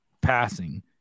passing